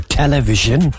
television